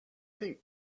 think